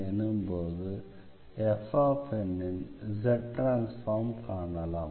எனும்போது fnன் Z transform காணலாம்